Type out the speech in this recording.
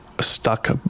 stuck